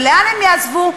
ולאן הם יעזבו?